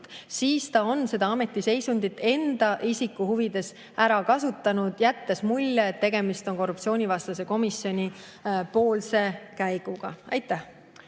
siis ta on ametiseisundit enda isiku huvides ära kasutanud, jättes mulje, et tegemist on korruptsioonivastase [eri]komisjoni käiguga. Aitäh!